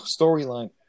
storyline